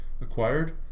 acquired